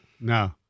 No